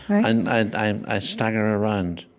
and i i stagger around.